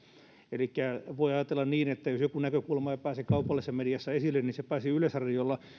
elikkä voi ajatella niin että jos joku näkökulma ei pääse kaupallisessa mediassa esille se pääsee yleisradiossa